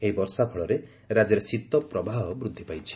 ଏହି ବର୍ଷା ପଳରେ ରାଜ୍ୟରେ ଶୀତ ପ୍ରବାହ ବୃଦ୍ଧି ପାଇଛି